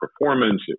performance